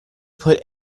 put